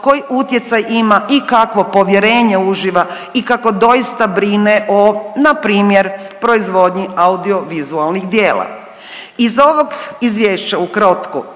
koji utjecaj ima i kakvo povjerenje uživa i kako doista brine o na primjer proizvodnji audio vizualnih djela. Iz ovog izvješća ukratko